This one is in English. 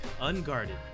unguarded